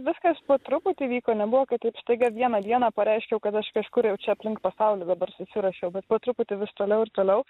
viskas po truputį vyko nebuvo kad taip staiga vieną dieną pareiškiau kad aš kažkur jau čia aplink pasaulį dabar susiruošiau bet po truputį vis toliau ir toliau